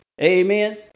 Amen